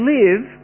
live